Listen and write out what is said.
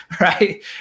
right